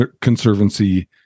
conservancy